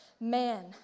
man